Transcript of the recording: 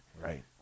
Right